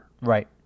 Right